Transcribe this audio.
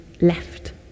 left